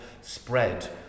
spread